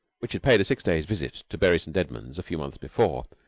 which had paid a six days' visit to bury st. edwards a few months before,